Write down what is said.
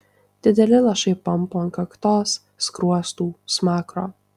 dideli lašai pampo ant kaktos skruostų smakro